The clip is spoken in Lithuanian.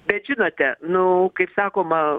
bet žinote nu kaip sakoma